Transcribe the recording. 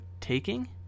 taking